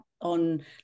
on